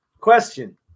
Question